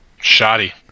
shoddy